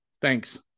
Thanks